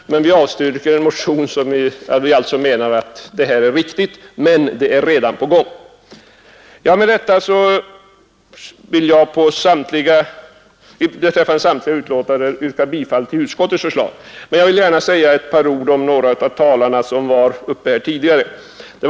Men vi avstyrker en motion, vars syfte vi alltså menar är riktigt. Förändringen är dock som sagt redan på väg. Med det anförda vill jag beträffande samtliga betänkanden yrka bifall till utskottets förslag. Jag vill emellertid gärna ytterligare anföra några ord i anledning av vad några av de talare som varit uppe här tidigare har sagt.